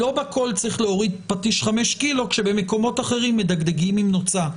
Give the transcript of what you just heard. לא בכל צריך להוריד פטיש 5 קילוגרם כאשר במקומות אחרים מדגדגים עם נוצה.